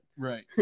Right